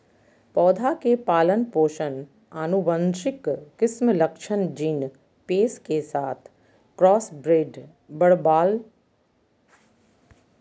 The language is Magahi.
पौधा के पालन पोषण आनुवंशिक किस्म लक्षण जीन पेश के साथ क्रॉसब्रेड करबाल जा हइ